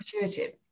intuitive